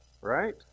right